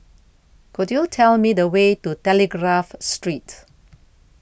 Could YOU Tell Me The Way to Telegraph Street